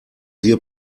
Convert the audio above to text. wir